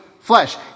flesh